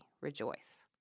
rejoice